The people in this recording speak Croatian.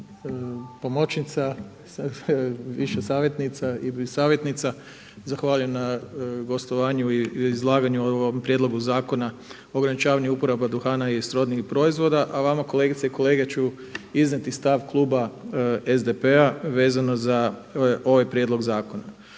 pomoćnica, više savjetnica i savjetnica. Zahvaljujem na gostovanju i izlaganju o ovom Prijedlogu zakona o ograničavanju uporabe duhana i srodnih proizvoda. A vama kolegice i kolege ću iznijeti stav kluba SDP-a vezano za ovaj prijedlog zakona,